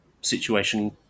situation